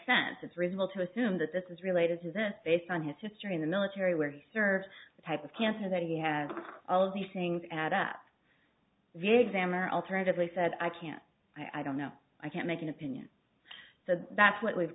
sense it's reasonable to assume that this is related to based on his history in the military where he served the type of cancer that he had all these things add up the exam or alternatively said i can't i don't know i can't make an opinion so that's what we've